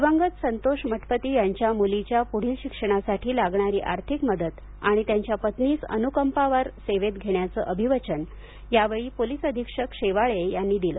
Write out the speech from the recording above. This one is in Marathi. दिवंगत संतोष मठपती यांच्या मुलीच्या पुढील शिक्षणासाठी लागणारी आर्थिक मदत आणि त्यांच्या पत्नीस अनुकंपावर सेवेत घेण्याचे अभिवचन यावेळी पोलीस अधीक्षक शेवाळे यांनी यावेळी दिले